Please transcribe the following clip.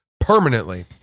permanently